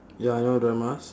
ya I know dramas